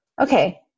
Okay